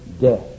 death